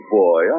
boy